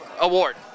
Award